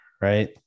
Right